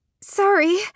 sorry